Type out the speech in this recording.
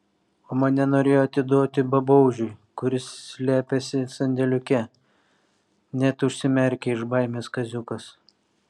o mane norėjo atiduoti babaužiui kuris slepiasi sandėliuke net užsimerkė iš baimės kaziukas